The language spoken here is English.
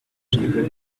water